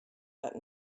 that